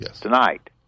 Tonight